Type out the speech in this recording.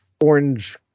orange